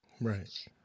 right